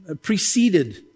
preceded